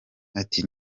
ati